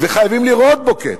וחייבים לראות בו קטע,